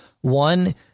One